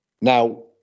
Now